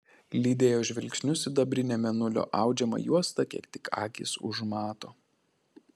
lydėjo žvilgsniu sidabrinę mėnulio audžiamą juostą kiek tik akys užmato